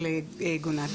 על ---.